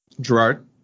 Gerard